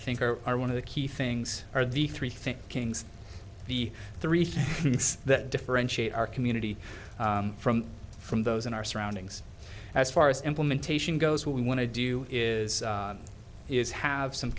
think are are one of the key things are the three things kings the three things that differentiate our community from from those in our surroundings as far as implementation goes what we want to do is is have some